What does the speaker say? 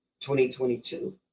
2022